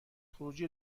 خروجی